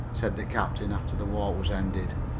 said the captain, after the walk was ended.